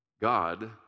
God